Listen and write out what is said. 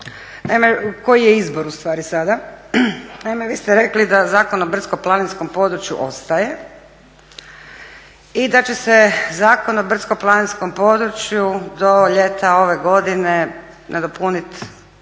Naime, koji je izbor ustvari sada? naime vi ste rekli da Zakon o brdsko-planinskom području ostaje i da će se Zakon o brdsko-planinskom području do ljeta ove godine nadopuniti